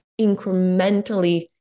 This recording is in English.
incrementally